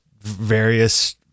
various